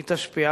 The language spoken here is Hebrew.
היא תשפיע,